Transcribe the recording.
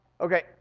Okay